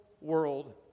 world